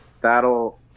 that'll